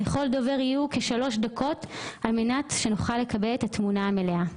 לכל דובר יהיו כשלוש דקות על מנת שנוכל לקבל את התמונה המלאה.